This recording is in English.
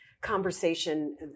conversation